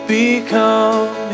become